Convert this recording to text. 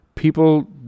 People